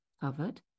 covered